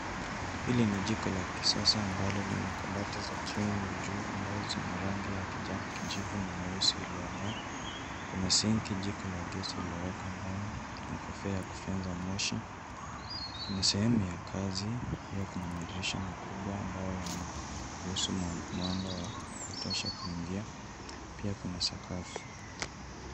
Hili ni jiko la kisasa ambalo lina kabati za jini na juu ambazo zina rangi ya kijivu na nyeusi ilio ngaa. Kuna sinki jiko la gezi iliowekwa ndani na kofia ya kuvyenza moshi. Kuna sehemu ya kazi pia kuna madirisha makubwa ambao yana ruhusu mwanga wa kutosha kuingia, pia kuna sakafu.